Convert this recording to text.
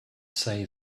say